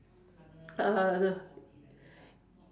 uhh